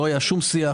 לא היה שום שיח.